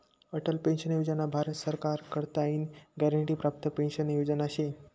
Atal pension योजना भारत सरकार कडताईन ग्यारंटी प्राप्त पेंशन योजना शे